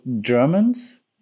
Germans